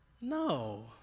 No